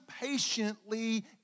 patiently